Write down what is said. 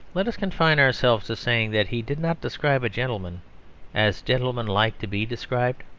let us confine ourselves to saying that he did not describe a gentleman as gentlemen like to be described.